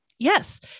Yes